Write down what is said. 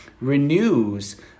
renews